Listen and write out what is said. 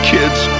Kids